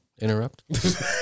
interrupt